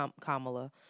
Kamala